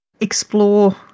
explore